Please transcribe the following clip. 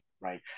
right